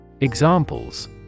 Examples